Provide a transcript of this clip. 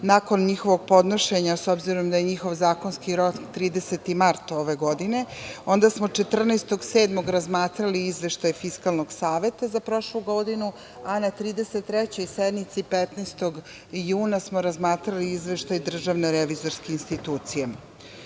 nakon njihovog podnošenja, s obzirom da je njihov zakonski rok 30. mart ove godine. Onda smo 14. 7. razmatrali Izveštaj Fiskalnog saveta za prošlu godinu a na 33. sednici, 15. juna smo razmatrali Izveštaj DRI.Moj kolega Arsić je,